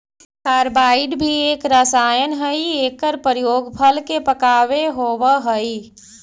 carbide भी एक रसायन हई एकर प्रयोग फल के पकावे होवऽ हई